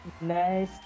Nice